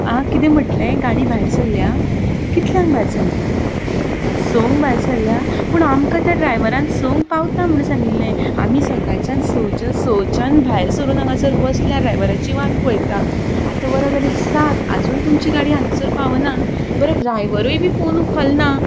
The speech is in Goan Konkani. आं कितें म्हटलें गाडी भायर सरल्या कितल्यांक भायर सरल्या संक भायर सरल्या पूण आमकां त्या ड्रायवरान संक पावता म्हूण सांगिल्ले आमी सकाळच्यान सच्यान सच्यान भायर सरून हांगासर बसल्या ड्रायवराची वाट पळयता आतां वरां जाली सात अजून तुमची गाडी हांगासार पावना बरें ड्रायवरूय बी फोन उखलना